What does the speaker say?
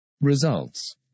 Results